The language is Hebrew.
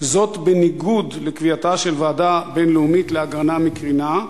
בניגוד לקביעתה של ועדה בין-לאומית להגנה מקרינה,